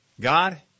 God